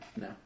No